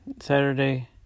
Saturday